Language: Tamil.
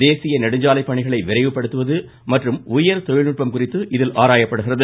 தேசிய நெடுஞ்சாலைப் பணிகளை விரைவுபடுத்துவது மற்றும் உயர்தொழில்நுட்பம் குறித்து இதில் ஆராயப்படுகிறது